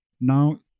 Now